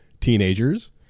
teenagers